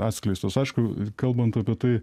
atskleistos aišku kalbant apie tai